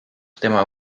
tema